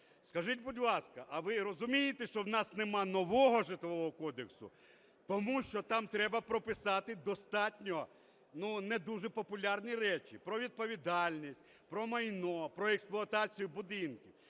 Скажіть, будь ласка, а ви розумієте, що в нас немає нового Житлового кодексу, тому що там треба прописати достатньо не дуже популярні речі про відповідальність, про майно, про експлуатацію будинків?